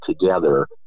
together